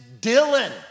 Dylan